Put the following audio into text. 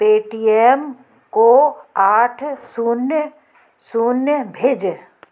Paytm को आठ शून्य शून्य भेजें